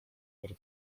port